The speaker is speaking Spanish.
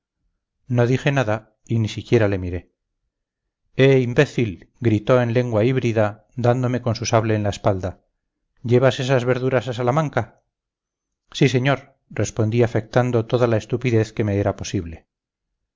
no dije nada y ni siquiera le miré eh imbécil gritó en lengua híbrida dándome con su sable en la espalda llevas esas verduras a salamanca sí señor respondí afectando toda la estupidez que me era posible